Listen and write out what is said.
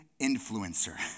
influencer